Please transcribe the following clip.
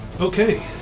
Okay